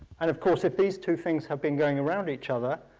and of course, if these two things have been going around each other,